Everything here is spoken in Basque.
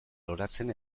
loratzen